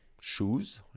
shoes